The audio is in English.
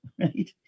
right